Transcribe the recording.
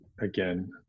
again